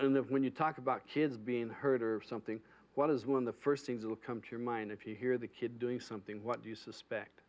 and live when you talk about kids being heard or something what is one the first things will come to your mind if you hear the kid doing something what do you suspect